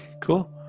cool